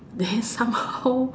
then somehow